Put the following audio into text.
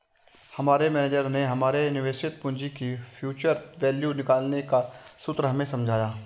हमारे मेनेजर ने हमारे निवेशित पूंजी की फ्यूचर वैल्यू निकालने का सूत्र हमें समझाया